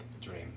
dream